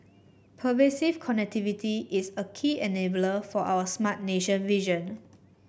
pervasive connectivity is a key enabler for our Smart Nation vision